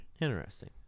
Interesting